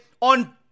on